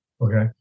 Okay